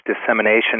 dissemination